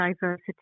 diversity